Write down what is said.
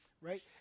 right